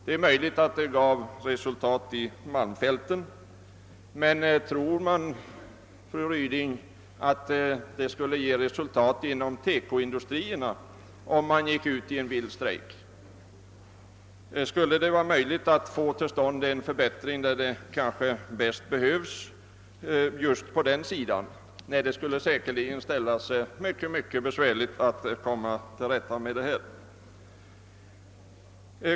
Det är möjligt att den vilda strejken i malmfälten gav resultat, men tror fru Ryding att en vild strejk skulle ge resultat inom TEKO-industrin? Skulle det vara möjligt att genom en vild strejk få till stånd en förbättring där den kanske bäst behövs? Nej, det skulle säkerligen ställa sig mycket svårt.